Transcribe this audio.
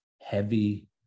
heavy